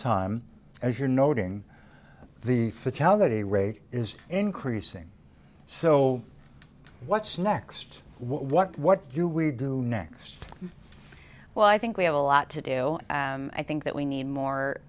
time as you're noting the fatality rate is increasing so what's next what what do we do next well i think we have a lot to do i think that we need more